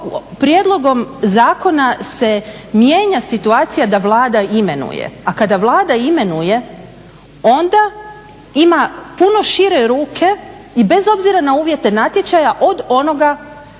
prijedlogom zakona se mijenja situacija da Vlada imenuje, a kada Vlada imenuje onda ima puno šire ruke i bez obzira na uvjete natječaja od onoga